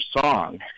song